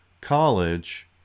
college